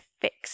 fix